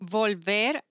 volver